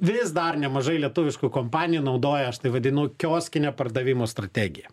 vis dar nemažai lietuviškų kompanijų naudoja aš tai vadinu kioskinę pardavimo strategiją